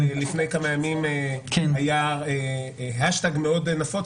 לפני כמה ימים היה האשטאג מאוד נפוץ,